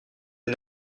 des